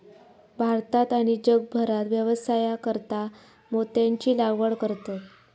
भारतात आणि जगभरात व्यवसायासाकारता मोत्यांची लागवड करतत